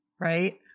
right